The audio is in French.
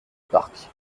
parc